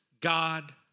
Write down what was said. God